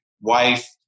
wife